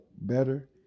better